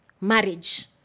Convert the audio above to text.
marriage